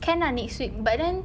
can ah next week but then